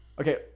Okay